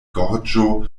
gorĝo